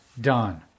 done